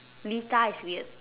Lita is weird